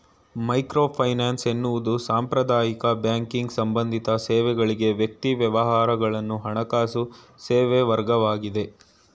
microfinance ಎನ್ನುವುದು ಸಾಂಪ್ರದಾಯಿಕ banking ಸಂಬಂಧಿತ ಸೇವೆಗಳ್ಗೆ ವ್ಯಕ್ತಿ ವ್ಯವಹಾರಗಳನ್ನ ಹಣಕಾಸು ಸೇವೆವರ್ಗವಾಗಿದೆ